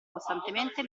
costantemente